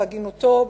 בהגינותו,